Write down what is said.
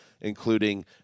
including